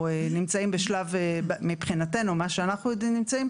במה שאנחנו נמצאים,